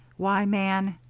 why, man,